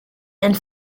and